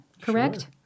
correct